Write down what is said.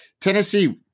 Tennessee